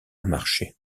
marcher